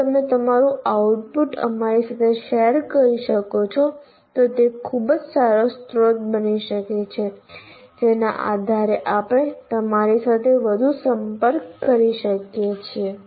જો તમે તમારું આઉટપુટ અમારી સાથે શેર કરી શકો છો તો તે ખૂબ જ સારો સ્રોત બની જશે જેના આધારે આપણે તમારી સાથે વધુ સંપર્ક કરી શકીએ છીએ